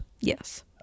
Yes